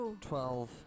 twelve